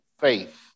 faith